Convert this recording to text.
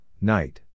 night